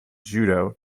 judo